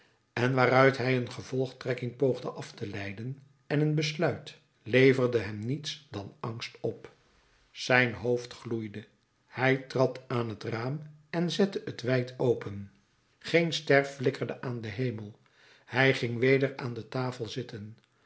en waaruit hij een gevolgtrekking poogde af te leiden en een besluit leverde hem niets dan angst op zijn hoofd gloeide hij trad aan het raam en zette het wijd open geen ster flikkerde aan den hemel hij ging weder aan de tafel zitten